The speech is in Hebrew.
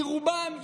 כי רובם,